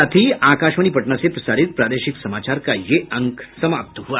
इसके साथ ही आकाशवाणी पटना से प्रसारित प्रादेशिक समाचार का ये अंक समाप्त हुआ